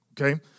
Okay